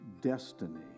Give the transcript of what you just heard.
destiny